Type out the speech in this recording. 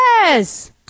Yes